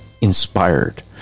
inspired